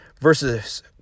versus